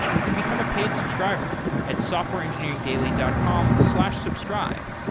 you can become a paid subscriber at softwareengineeringdaily dot com slash subscribe.